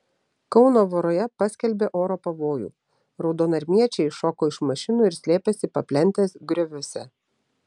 kauno voroje paskelbė oro pavojų raudonarmiečiai iššoko iš mašinų ir slėpėsi paplentės grioviuose